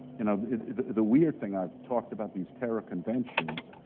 and ah the weird thing, i've talked about these terror conventions,